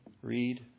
Read